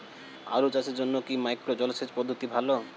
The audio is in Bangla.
আলু চাষের জন্য কি মাইক্রো জলসেচ পদ্ধতি ভালো?